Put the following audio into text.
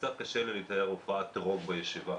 קצת קשה לי לתאר הופעת רוק בישיבה,